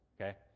okay